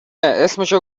اسمشو